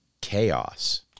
chaos